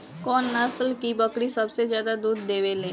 कौन नस्ल की बकरी सबसे ज्यादा दूध देवेले?